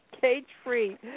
cage-free